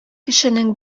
кешенең